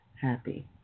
Happy